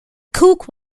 cooke